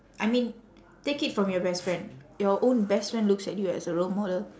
I mean take it from your best friend your own best friend looks at you as a role model